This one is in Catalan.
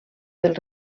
del